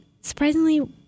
surprisingly